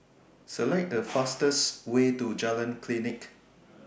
Select The fastest Way to Jalan Klinik